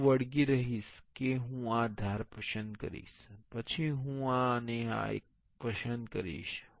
હું વળગી રહીશ કે હું આ ધાર પસંદ કરીશ પછી હું આ અને આ એક પસંદ કરીશ